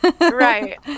Right